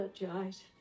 apologize